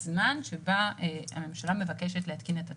הזמן שבה הממשלה מבקשת להתקין את התקנות.